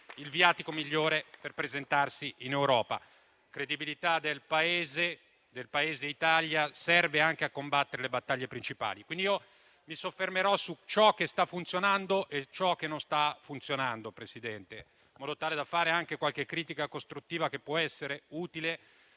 il viatico migliore per presentarsi in Europa. La credibilità del Paese Italia serve anche a combattere le battaglie principali. Mi soffermerò su ciò che sta funzionando e ciò che non sta funzionando, in modo tale da fare anche qualche critica costruttiva che può essere utile